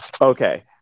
Okay